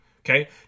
okay